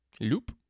Loop